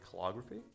calligraphy